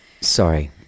sorry